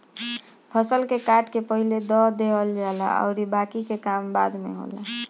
फसल के काट के पहिले धअ देहल जाला अउरी बाकि के काम बाद में होला